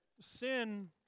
sin